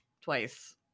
twice